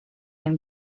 and